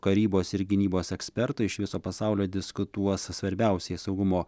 karybos ir gynybos ekspertų iš viso pasaulio diskutuos svarbiausiais saugumo